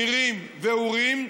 נירים ואורים?